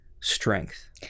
strength